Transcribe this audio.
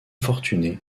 fortuné